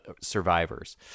survivors